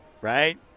right